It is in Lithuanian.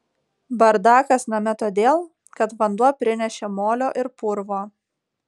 bardakas name todėl kad vanduo prinešė molio ir purvo